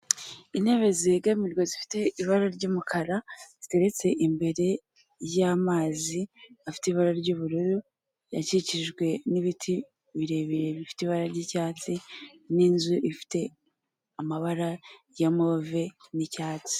Intebe zegamirwa zifite ibara ry'umukara ziteretse imbere y'amazi afite ibara ry'ubururu akikijwe n'ibiti birebire bifite ibara ry'icyatsi n'inzu ifite amabara ya move n'icyatsi.